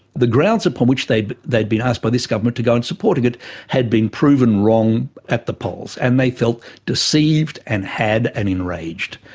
the grounds upon which they'd they'd been asked by this government to go on supporting it had been proven wrong at the polls and they felt deceived and had and enraged,